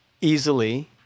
easily